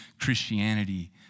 Christianity